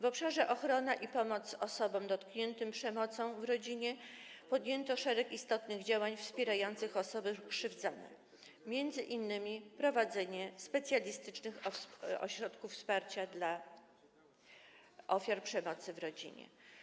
W obszarze ochrona i pomoc osobom dotkniętym przemocą w rodzinie podjęto szereg istotnych działań wspierających osoby krzywdzone, m.in. prowadzenie specjalistycznych ośrodków wsparcia dla ofiar przemocy w rodzinie.